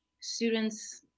students